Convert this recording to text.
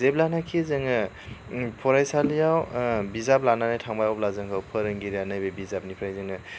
जेब्लानाखि जोङो फरायसालियाव बिजाब लानानै थांबाय अब्ला जोङो फोरोंगिरिया नैबे बिजाबनिफ्राय जोंनो